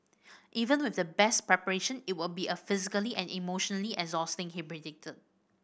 even with the best preparation it will be a physically and emotionally exhausting he predicted